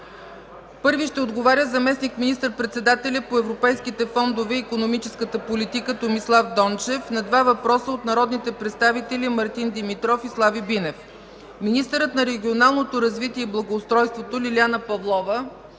Първи ще отговаря заместник министър-председателят по европейските фондове и икономическата политика Томислав Дончев – на два въпроса от народните представители Мартин Димитров, и Слави Бинев. Министърът на регионалното развитие и благоустройството Лиляна Павлова